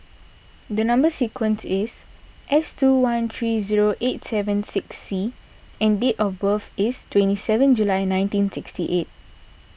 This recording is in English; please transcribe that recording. the Number Sequence is S two one three zero eight seven six C and date of birth is twenty seven July nineteen sixty eight